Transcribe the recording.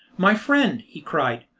my friend, he cried,